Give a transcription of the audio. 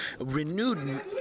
renewed